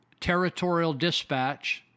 territorialdispatch